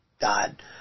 God